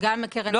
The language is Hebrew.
גם מקרן ---,